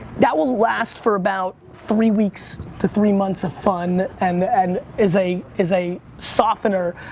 that will last for about three weeks to three months of fun and and is a is a softener.